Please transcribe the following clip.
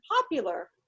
popular